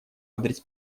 адрес